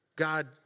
God